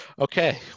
okay